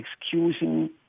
excusing